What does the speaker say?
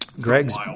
Greg's